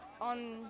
on